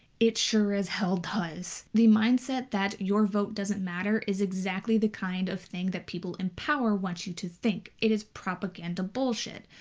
it sure as hell does. the mindset that your vote doesn't matter is exactly the kind of thing that people in power want you to think. it is propaganda bullshit.